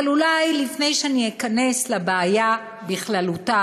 אבל אולי לפני שאני אכנס לבעיה בכללותה